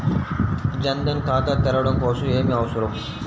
జన్ ధన్ ఖాతా తెరవడం కోసం ఏమి అవసరం?